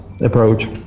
approach